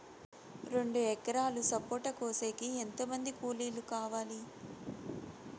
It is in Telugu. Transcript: రెండు ఎకరాలు సపోట కోసేకి ఎంత మంది కూలీలు కావాలి?